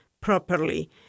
properly